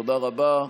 תודה רבה.